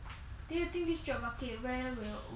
then you think this job market where will when